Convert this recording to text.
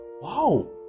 Wow